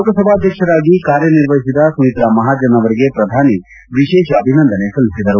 ಲೋಕಸಭಾಧ್ಯಕ್ಷರಾಗಿ ಕಾರ್ಯನಿರ್ವಹಿಸಿದ ಸುಮಿತ್ರಾ ಮಹಾಜನ್ ಅವರಿಗೆ ಪ್ರಧಾನಿ ವಿಶೇಷ ಅಭಿನಂದನೆ ಸಲ್ಲಿಸಿದರು